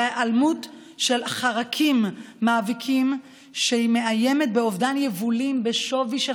וההיעלמות של חרקים מאביקים מאיימת באובדן יבולים בשווי של